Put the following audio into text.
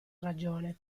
ragione